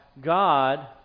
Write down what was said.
God